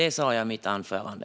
Det sa jag i mitt huvudanförande.